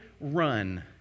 run